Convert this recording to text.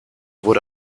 wurde